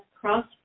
Cross